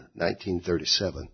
1937